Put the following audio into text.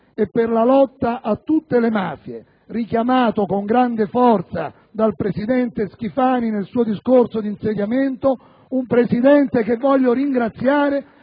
e per la lotta a tutte le mafie, richiamato con grande forza dal presidente Schifani nel suo discorso di insediamento. *(Applausi dal Gruppo PdL)*. Un Presidente che voglio ringraziare